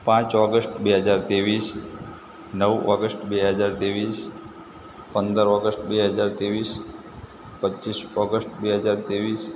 પાંચ ઓગસ્ટ બે હજાર ત્રેવીસ નવ ઓગસ્ટ બે હજાર ત્રેવીસ પંદર ઓગસ્ટ બે હજાર ત્રેવીસ પચ્ચીસ ઓગસ્ટ બે હજાર ત્રેવીસ